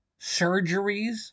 surgeries